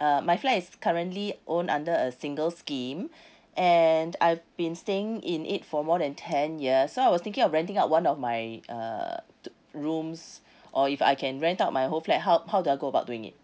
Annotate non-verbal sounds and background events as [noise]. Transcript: uh my flat is currently own under a single scheme [breath] and I've been staying in it for more than ten years so I was thinking of renting out one of my uh rooms [breath] or if I can rent out my whole flat how how do I go about doing it